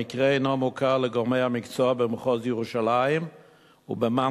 המקרה אינו מוכר לגורמי המקצוע במחוז ירושלים ובמנח"י.